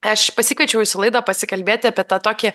aš pasikviečiau jus į laidą pasikalbėti apie tą tokį